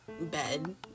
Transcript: bed